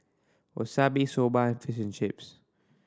Wasabi Soba Fish and Chips